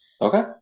Okay